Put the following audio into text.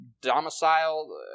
domicile